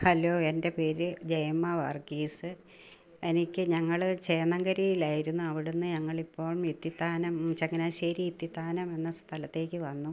hello എൻ്റെ പേര് ജയമ്മ വർഗീസ് എനിക്ക് ഞങ്ങൾ ചേന്നങ്കരയിലായിരുന്നു അവിടെ നിന്ന് ഞങ്ങളിപ്പോൾ ഇത്തിത്താനം ചങ്ങനാശ്ശേരി ഇത്തിത്താനം എന്ന സ്ഥലത്തേക്കു വന്നു